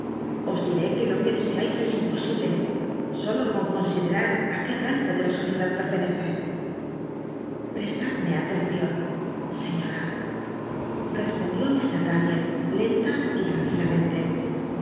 os diré que lo ue dcscais es imposible solo con considerar qué rango de la sociedad pelenccc prestadme atencion señora respondió l r daniel lenta y hanquilamente